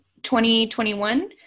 2021